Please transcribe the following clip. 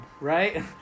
right